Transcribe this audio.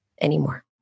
anymore